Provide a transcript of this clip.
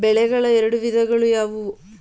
ಬೆಳೆಗಳ ಎರಡು ವಿಧಗಳು ಯಾವುವು?